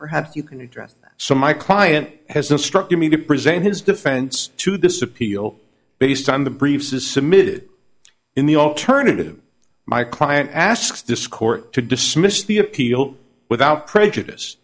perhaps you can address so my client has instructed me to present his defense to this appeal based on the briefs is submitted in the alternative my client asks this court to dismiss the appeal without prejudice